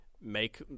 make